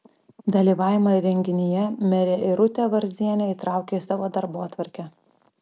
dalyvavimą renginyje merė irutė varzienė įtraukė į savo darbotvarkę